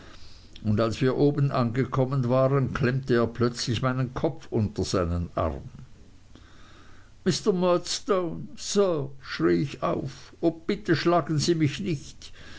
und als wir oben angekommen waren klemmte er plötzlich meinen kopf unter seinen arm mr murdstone sir schrie ich auf o bitte schlagen sie mich nicht